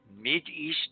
Mideast